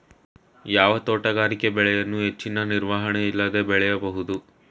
ಯಾವ ತೋಟಗಾರಿಕೆ ಬೆಳೆಯನ್ನು ಹೆಚ್ಚಿನ ನಿರ್ವಹಣೆ ಇಲ್ಲದೆ ಬೆಳೆಯಬಹುದು?